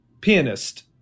pianist